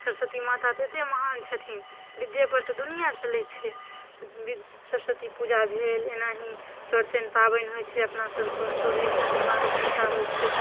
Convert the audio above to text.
सरस्वती माता तऽ एतेक महान छथिन विद्ये पर तऽ दुनिआँ चलैत छै विद सरस्वती पूजा भेल एनाही चौरचन पाबनि होइत छै अपना सब कऽ सूर्य चन्द्रमा कऽ पूजा होइत छै